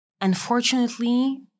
Unfortunately